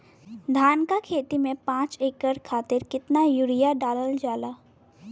धान क खेती में पांच एकड़ खातिर कितना यूरिया डालल जाला?